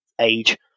age